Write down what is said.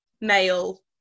male